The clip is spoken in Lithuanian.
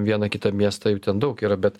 vieną kitą miestą jų ten daug yra bet